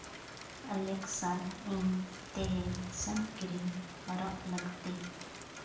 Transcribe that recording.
ᱟᱞᱮᱠᱥᱟ ᱤᱧ ᱛᱮᱦᱮᱧ sun cream ᱦᱚᱨᱚᱜ ᱞᱟᱹᱠᱛᱤ